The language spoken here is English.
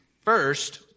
First